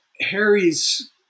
Harry's